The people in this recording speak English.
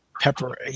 Pepper